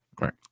right